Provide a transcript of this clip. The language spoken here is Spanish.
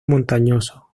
montañoso